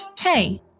Hey